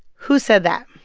who said that?